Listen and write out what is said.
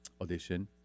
audition